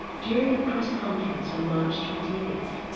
during a press conference on march twenty eight,